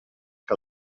que